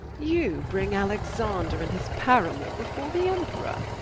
you bring alexander and his paramour before the emperor!